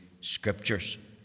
Scriptures